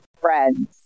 friends